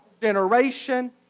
Generation